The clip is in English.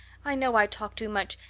i know i talk too much,